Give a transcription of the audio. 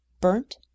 Burnt